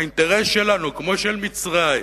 האינטרס שלנו, כמו של מצרים,